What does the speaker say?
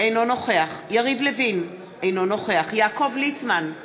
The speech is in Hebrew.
אינו נוכח יריב לוין, אינו נוכח יעקב ליצמן,